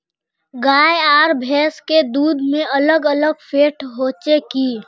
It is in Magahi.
गाय आर भैंस के दूध में अलग अलग फेट होचे की?